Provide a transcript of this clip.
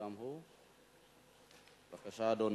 בבקשה, אדוני,